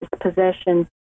possession